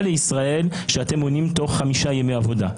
לישראל אתם עונים תוך חמישה ימי עבודה.